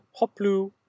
hoplu